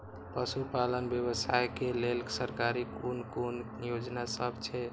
पशु पालन व्यवसाय के लेल सरकारी कुन कुन योजना सब छै?